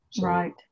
Right